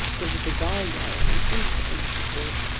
gave a bizarre yell, and instantly disappeared.